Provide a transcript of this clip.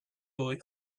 boy